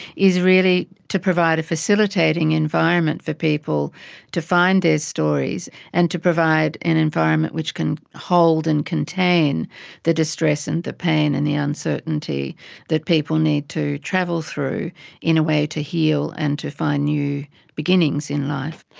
is really to provide a facilitating environment for people to find their stories and to provide an environment which can hold and contain the distress and the pain and the uncertainty that people need to travel through in a way to heal and to find new beginnings in life.